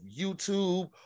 YouTube